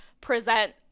present